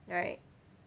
right